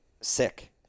sick